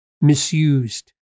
misused